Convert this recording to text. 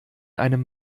einem